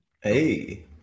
Hey